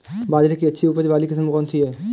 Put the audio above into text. बाजरे की अच्छी उपज वाली किस्म कौनसी है?